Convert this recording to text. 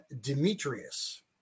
demetrius